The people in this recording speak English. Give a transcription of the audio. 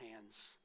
hands